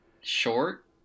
Short